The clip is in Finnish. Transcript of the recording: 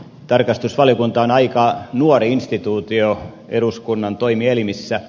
tarkastusvaliokunta on aika nuori instituutio eduskunnan toimielimissä